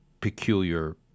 peculiar